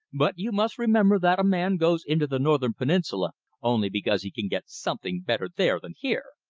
but you must remember that a man goes into the northern peninsula only because he can get something better there than here.